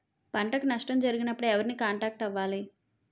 పంటకు నష్టం జరిగినప్పుడు ఎవరిని కాంటాక్ట్ అవ్వాలి?